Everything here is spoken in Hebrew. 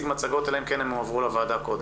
מצגות, אלא אם כן הן הועברו לוועדה קודם.